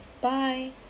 Bye